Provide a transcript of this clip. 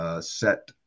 Set